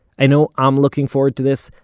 i know i'm looking forward to this,